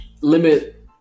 limit